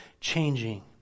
changing